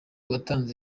uwatanze